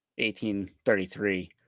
1833